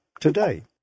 today